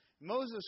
Moses